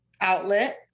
outlet